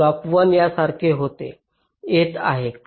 clock 1 यासारखे होते येत आहे